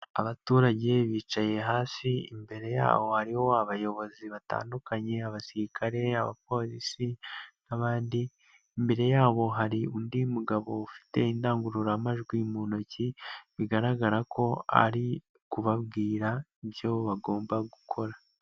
Abaturage bicaye hasi, imbere yaboho hariho abayobozi batandukanye, abasirikare, abapolisi n'abandi, imbere yabo hari undi mugabo ufite indangururamajwi mu ntoki, bigaragara ko ari ukubwira ibyo bagomba gukora.